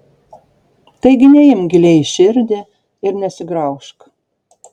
taigi neimk giliai į širdį ir nesigraužk